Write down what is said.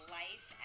life